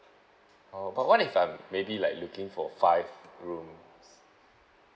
oh but what if I maybe looking for five rooms